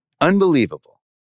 unbelievable